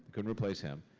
couldn't replace him.